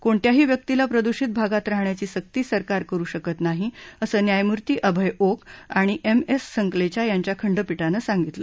कोणत्याही व्यक्तीला प्रदृषित भागात राहण्याची सक्ती सरकार करु शकत नाही असं न्यायमूर्ती अभय ओक आणि एम एस संकलेचा यांच्या खंडपीठानं सांगितलं